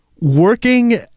working